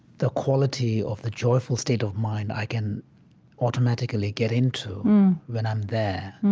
the quality of the joyful state of mind i can automatically get into when i'm there.